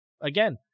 again